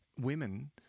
women